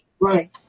right